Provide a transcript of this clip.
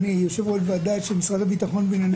אני יושב-ראש ועדה של משרד הביטחון בעניין